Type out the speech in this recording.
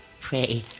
pray